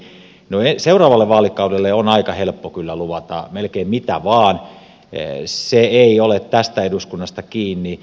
no seuraavalle vaalikaudelle on aika helppo kyllä luvata melkein mitä vain se ei ole tästä eduskunnasta kiinni